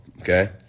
okay